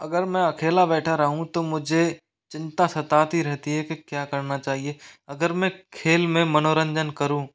अगर मैं अकेला बैठा रहूँ तो मुझे चिंता सताती रहती है कि क्या करना चाहिए अगर मैं खेल में मनोरंजन करूं